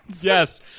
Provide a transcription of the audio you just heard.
Yes